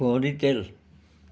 ঘঁহণি তেল